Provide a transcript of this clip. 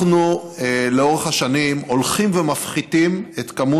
אנחנו לאורך השנים הולכים ומפחיתים את מספר